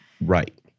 Right